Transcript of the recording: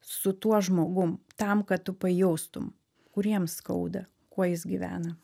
su tuo žmogum tam kad tu pajaustum kur jiem skauda kuo jis gyvena